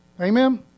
Amen